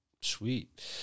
Sweet